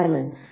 എന്നതാണ്